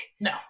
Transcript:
No